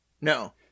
No